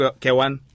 kewan